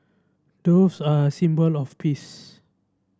doves are a symbol of peace